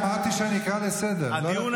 ואמרתי גם לשר, איזה שר,